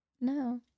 no